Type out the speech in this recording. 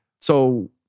so-